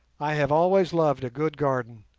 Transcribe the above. i have always loved a good garden,